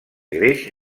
greix